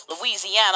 Louisiana